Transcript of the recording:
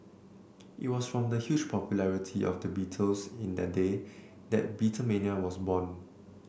it was from the huge popularity of the Beatles in their day that Beatlemania was born